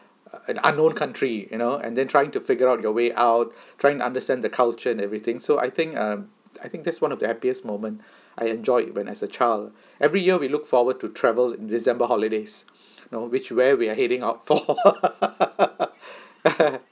a unknown country you know and then trying to figure out your way out trying to understand the culture and everything so I think um I think that's one of the happiest moment I enjoyed when as a child every year we look forward to travel december holidays know which way we are heading out for